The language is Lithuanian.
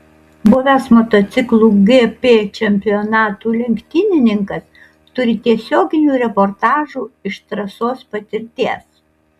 buvęs motociklų gp čempionatų lenktynininkas turi tiesioginių reportažų iš trasos patirties